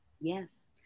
Yes